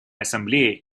ассамблеи